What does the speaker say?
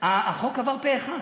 החוק עבר פה אחד.